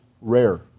rare